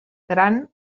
gran